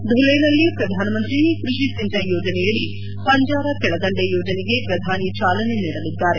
ಧುಲೆನಲ್ಲಿ ಪ್ರಧಾನ ಮಂತ್ರಿ ಕೃಷಿ ಸಿಂಚಯ್ ಯೋಜನೆಯಡಿ ಪಂಜಾರ ಕೆಳದಂಡೆ ಯೋಜನೆಗೆ ಪ್ರಧಾನಿ ಚಾಲನೆ ನೀಡಲಿದ್ದಾರೆ